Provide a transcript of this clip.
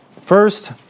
first